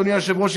אדוני היושב-ראש,